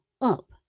up